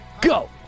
Go